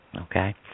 Okay